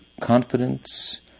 confidence